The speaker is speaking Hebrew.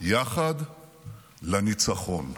יחד לניצחון.